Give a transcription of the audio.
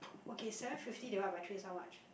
okay seven fifty divide by three is how much